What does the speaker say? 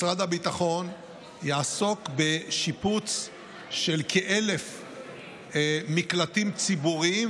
משרד הביטחון יעסוק בשיפוץ של כ-1,000 מקלטים ציבוריים